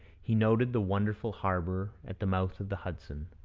he noted the wonderful harbour at the mouth of the hudson,